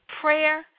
prayer